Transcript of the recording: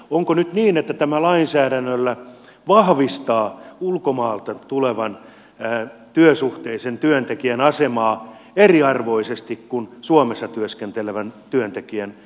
onko nyt niin että tämä lainsäädäntö vahvistaa ulkomailta tulevan työsuhteisen työntekijän asemaa eriarvoisesti kuin suomessa työskentelevän työntekijän työsuhdeturva